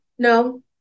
No